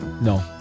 No